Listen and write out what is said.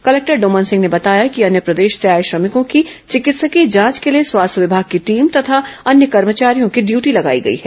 collector Doman Singh ने बताया कि अन्य प्रदेश से आए श्रमिकों की चिकित्सकीय जांच के लिए स्वास्थ्य विमाग की टीम तथा अन्य कर्मचारियों की ड्यूटी लगाई गई है